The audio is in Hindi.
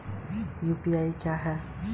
यू.पी.आई क्या है?